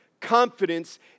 confidence